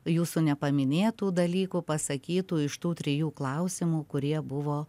jūsų nepaminėtų dalykų pasakytų iš tų trijų klausimų kurie buvo